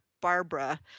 Barbara